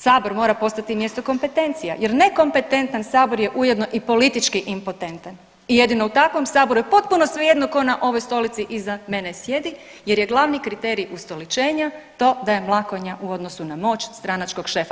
Sabor mora postati mjesto kompetencija jer nekompetentan sabor je ujedno i politički impotentan i jedino u takvom saboru je potpuno svejedno tko na ovoj stolici iza mene sjedi jer je glavni kriterij ustoličenja to da je mlakonja u odnosu na moć stranačkog šefa.